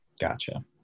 Gotcha